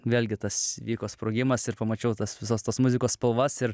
vėl gi tas įvyko sprogimas ir pamačiau tas visas tas muzikos spalvas ir